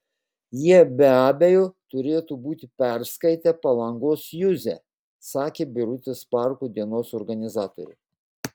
jie be abejo turėtų būti perskaitę palangos juzę sakė birutės parko dienos organizatorė